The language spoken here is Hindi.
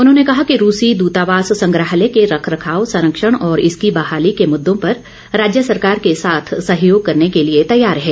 उन्होंने कहा कि रूसी दूतावास संग्रहालय के रखरखाव संरक्षण और इसकी बहाली के मुद्दों पर राज्य सरकार के साथ सहयोग करने के लिए तैयार है